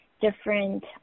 different